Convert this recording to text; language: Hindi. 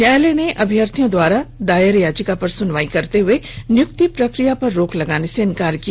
न्यायालय ने अभ्यर्थियों द्वारा दायर याचिका पर सुनवाई करते हुए नियुक्ति प्रक्रिया पर रोक लगाने से इनकार कर दिया